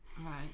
right